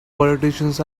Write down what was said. politicians